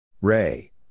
Ray